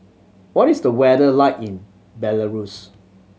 what is the weather like in Belarus